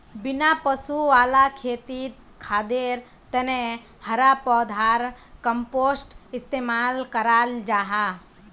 बिना पशु वाला खेतित खादर तने हरा पौधार कम्पोस्ट इस्तेमाल कराल जाहा